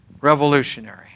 revolutionary